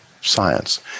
science